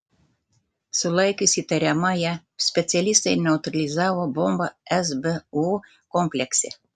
sulaikius įtariamąją specialistai neutralizavo bombą sbu komplekse